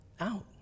out